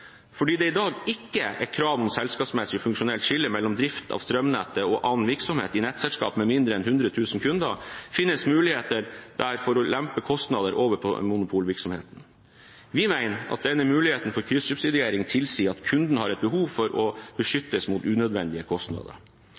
Fordi det i dag ikke er et krav om selskapsmessig og funksjonelt skille mellom drift av strømnettet og annen virksomhet i nettselskap med mindre enn 100 000 kunder, finnes muligheten der til å lempe kostnader over på monopolvirksomheten. Vi mener at denne muligheten for kryssubsidiering tilsier at kundene har et behov for å beskyttes mot unødvendige kostnader.